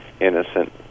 innocent